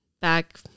back